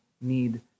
need